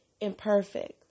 imperfect